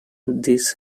this